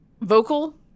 vocal